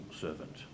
servant